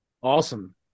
Awesome